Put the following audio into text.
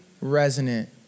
resonant